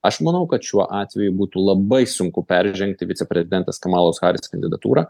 aš manau kad šiuo atveju būtų labai sunku peržengti viceprezidentės kamalos haris kandidatūrą